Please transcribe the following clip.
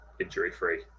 injury-free